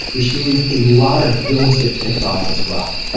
which means a lot of builds get kicked off as well.